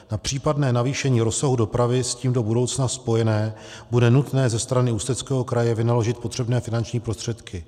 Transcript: Na případné navýšení rozsahu dopravy s tím do budoucna spojené bude nutné ze strany Ústeckého kraje vynaložit potřebné finanční prostředky.